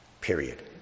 Period